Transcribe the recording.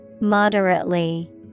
Moderately